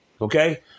Okay